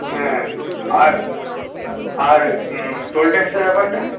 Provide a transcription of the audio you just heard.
হ্যাঁ আর আর টোল ট্যাক্সের ব্যাপারটা